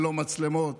ללא מצלמות